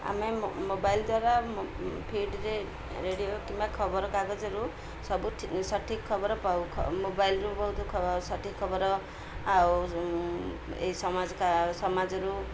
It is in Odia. ଆମେ ମୋବାଇଲ୍ ଦ୍ୱାରା ଫିଡ଼୍ରେ ରେଡ଼ିଓ କିମ୍ବା ଖବରକାଗଜରୁ ସବୁ ସଠିକ୍ ଖବର ପାଉ ମୋବାଇଲ୍ରୁ ବହୁତ ସଠିକ୍ ଖବର ଆଉ ଏଇ ସମାଜ କା ସମାଜରୁ